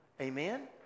Amen